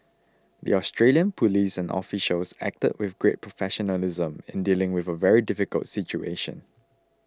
the Australian police and officials acted with great professionalism in dealing with a very difficult situation